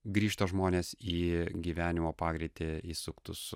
grįžta žmonės į gyvenimo pagreitį įsuktus